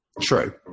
True